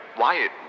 Wyatt